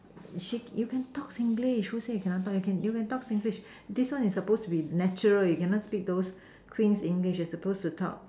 she you can talk Singlish who say you cannot talk you can talk Singlish this one you supposed to be natural you cannot speak those Queen's English you're supposed to talk